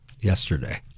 yesterday